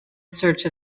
search